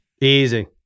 Easy